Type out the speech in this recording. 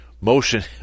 motion